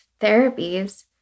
therapies